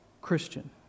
Christian